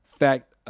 fact